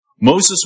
Moses